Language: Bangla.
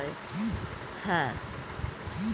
মানুষ যে কৃষি কাজ করে তার জন্য জমির অবস্থা ঠিক রাখতে হয়